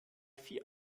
vier